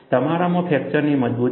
તમારામાં ફ્રેક્ચરની મજબૂતી છે